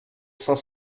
cinq